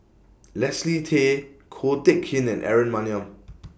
Leslie Tay Ko Teck Kin and Aaron Maniam